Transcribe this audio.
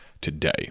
today